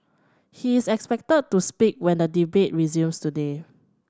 he is expected to speak when the debate resumes today